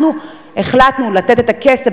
אנחנו החלטנו לתת את הכסף,